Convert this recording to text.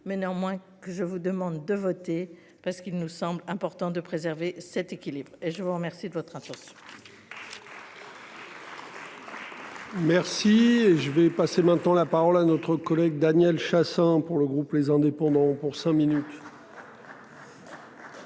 mais néanmoins que je vous demande de voter parce qu'il nous semble important de préserver cet équilibre et je vous remercie de votre attention. Merci et je vais passer maintenant la parole à notre collègue Daniel Chassain pour le groupe les indépendants pour cinq minutes.